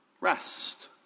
rest